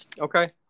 Okay